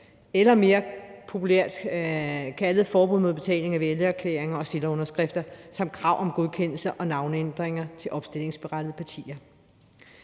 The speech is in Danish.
eller mere populært: forbud mod betaling for vælgererklæringer og stillerunderskrifter samt krav om godkendelse af navneændring for opstillingsberettigede partier.